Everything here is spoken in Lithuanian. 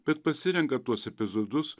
bet pasirenka tuos epizodus